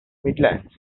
midlands